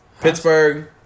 Pittsburgh